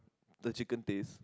the chicken taste